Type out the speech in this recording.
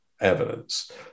evidence